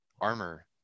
armor